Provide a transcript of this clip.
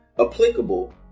Applicable